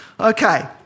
Okay